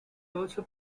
also